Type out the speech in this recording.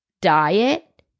diet